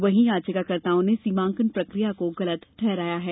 वहीं याचिकाकर्ताओं ने सीमांकन प्रक्रिया को गलत ठहराया है